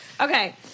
Okay